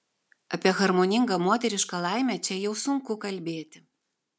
apie harmoningą moterišką laimę čia jau sunku kalbėti